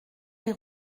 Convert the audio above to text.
les